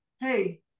Hey